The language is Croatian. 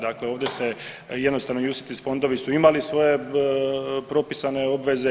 Dakle, ovdje se jednostavno UCITS fondovi su imali svoje propisane obveze.